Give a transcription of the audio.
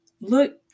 look